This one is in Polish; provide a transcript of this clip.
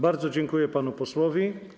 Bardzo dziękuję panu posłowi.